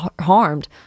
harmed